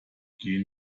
gehen